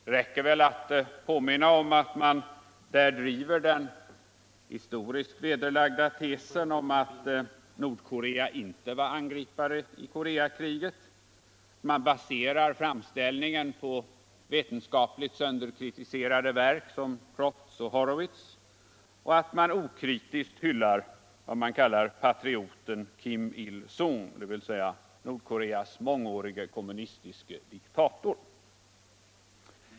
Det räcker att påminna om att man där driver den historiskt vederlagda tesen att Nordkorea inte var angripare i Koreakriget, att man baserar framställningen på vetenskapligt sönderkritiserade verk som Crofts och Horowitz'. och att man okritiskt hyllar vad man kallar patrioten Kim II Sund, dvs. Nordkoreas kommunistiske diktator under många år.